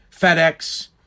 FedEx